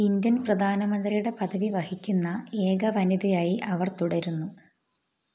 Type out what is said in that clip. Indian പ്രധാനമന്ത്രിയുടെ പദവി വഹിക്കുന്ന ഏക വനിതയായി അവർ തുടരുന്നു